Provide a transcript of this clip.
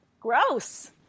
gross